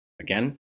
Again